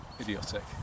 idiotic